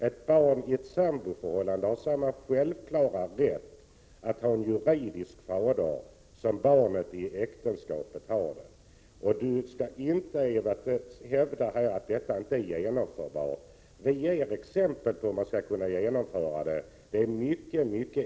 Ett barn i ett samboförhållande har samma självklara rätt att ha en juridisk far som ett barn i ett äktenskap. Ewa Hedkvist Petersen skall därför inte hävda att detta inte är genomförbart. Vi ger exempel på hur man skall kunna genomföra detta, och det är mycket lätt.